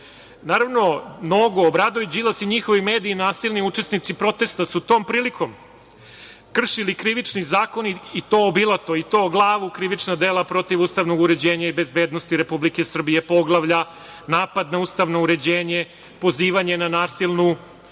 naroda. Naravno, Nogo, Obradović, Đilas i njihovi mediji, nasilni učesnici protesta su tom prilikom kršili krivični zakon i to obilato i to o glavu krivična dela protiv ustavnog uređenja i bezbednosti Republike Srbije, poglavlja napad na ustavno uređenje, pozivanje na nasilnu promenu